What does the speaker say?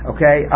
Okay